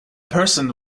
person